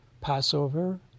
Passover